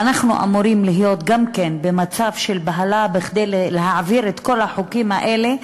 ואנחנו אמורים להיות גם כן במצב של בהלה כדי להעביר את כל החוקים האלה,